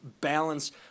balance –